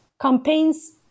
campaigns